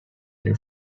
new